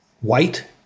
white